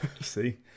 See